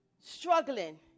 struggling